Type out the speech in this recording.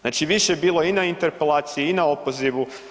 Znači, više je bilo i na interpelaciji i na opozivu.